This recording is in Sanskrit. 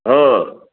हा